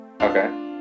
Okay